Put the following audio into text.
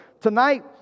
tonight